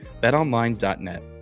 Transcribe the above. BetOnline.net